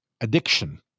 addiction